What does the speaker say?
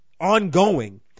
ongoing